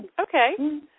okay